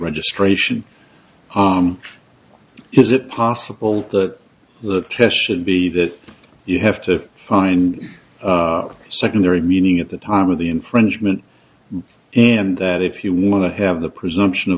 registration is it possible that the test should be that you have to find a secondary meaning at the time of the infringement and that if you want to have the presumption of